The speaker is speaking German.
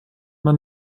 man